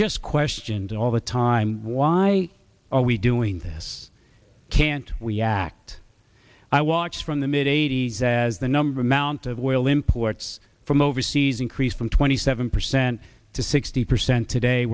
just questioned all the time why are we doing this can't we act i watch from the mid eighty's as the number amount of oil imports from overseas increased from twenty seven percent to sixty percent today